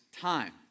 time